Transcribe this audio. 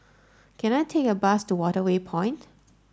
can I take a bus to Waterway Point